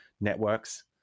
networks